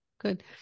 good